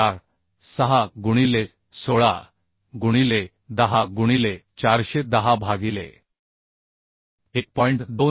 46 गुणिले 16 गुणिले 10 गुणिले 410 भागिले 1